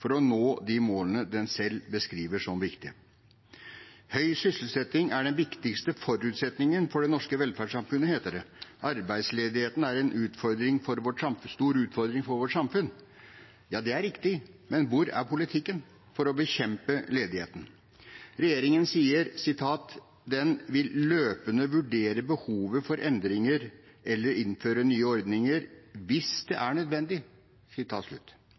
for å nå de målene den selv beskriver som viktige. I trontalen heter det: «Høy sysselsetting er den viktigste forutsetningen for det norske velferdssamfunnet.» Det sies videre at arbeidsledigheten er «en stor utfordring for vårt samfunn». Ja, det er riktig, men hvor er politikken for å bekjempe ledigheten? Regjeringen sier at den «vil løpende vurdere behovet for endringer, eller innføre nye ordninger hvis det er nødvendig».